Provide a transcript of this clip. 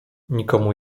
nikomu